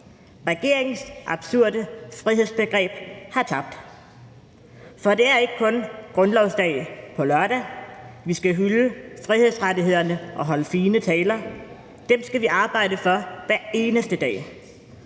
Regeringens absurde frihedsbegreb har tabt. For det er ikke kun på grundlovsdag på lørdag, vi skal hylde frihedsrettighederne og holde fine taler, men dem skal vi arbejde for hver eneste dag.